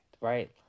right